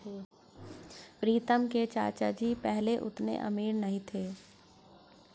प्रीतम के चाचा जी पहले उतने अमीर नहीं थे